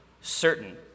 certain